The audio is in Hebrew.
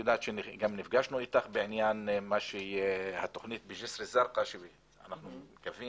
גם נפגשנו אתך לגבי התוכנית בגיסר א-זרקא לגבי